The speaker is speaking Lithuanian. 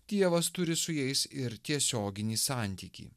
dievas turi su jais ir tiesioginį santykį